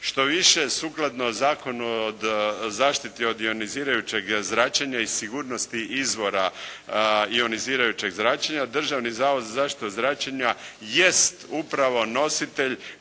Štoviše, sukladno Zakonu o zaštiti od ionizirajućeg zračenja i sigurnosti izvora ionizirajućeg zračenja Državni zavod za zaštitu od zračenja jest upravo nositelj